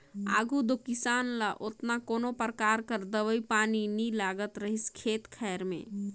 आघु दो किसान ल ओतना कोनो परकार कर दवई पानी नी लागत रहिस खेत खाएर में